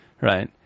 right